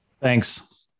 Thanks